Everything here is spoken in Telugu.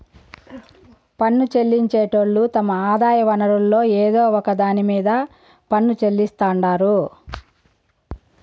పన్ను చెల్లించేటోళ్లు తమ ఆదాయ వనరుల్ల ఏదో ఒక దాన్ని మీద పన్ను చెల్లిస్తాండారు